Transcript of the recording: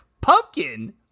Pumpkin